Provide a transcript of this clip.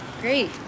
great